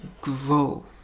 grow